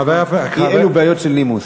יש אי-אלו בעיות של נימוס.